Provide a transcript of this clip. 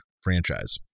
franchise